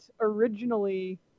originally